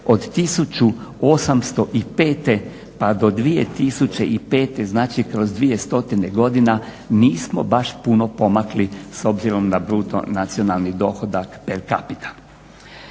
od 1805. pa do 2005., znači kroz 200 godina nismo baš puno pomakli s obzirom na bruto nacionalni dohodak per capita.